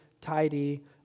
tidy